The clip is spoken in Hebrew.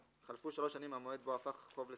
(ד)חלפו 3 שנים מהמועד בו הפך חוב לסופי,